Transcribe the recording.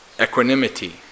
equanimity